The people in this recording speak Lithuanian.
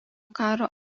karo